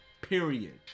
Period